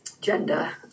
gender